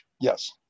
Yes